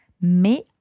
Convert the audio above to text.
mais